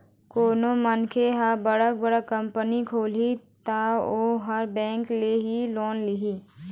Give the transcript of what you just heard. कोनो मनखे ह बड़का बड़का कंपनी खोलही त ओहा बेंक ले ही लोन लिही